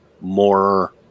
more